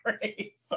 great